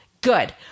good